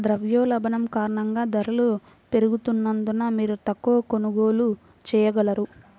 ద్రవ్యోల్బణం కారణంగా ధరలు పెరుగుతున్నందున, మీరు తక్కువ కొనుగోళ్ళు చేయగలరు